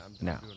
now